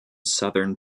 southern